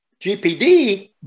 GPD